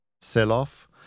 sell-off